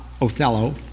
Othello